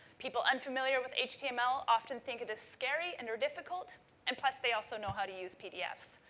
people unfamiliar with html often think it is scary and or difficult and plus, they also know how to use pdfs.